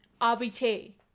RBT